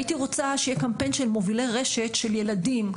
הייתי רוצה שיהיה קמפיין של מובילי רשת של ילדים,